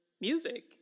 music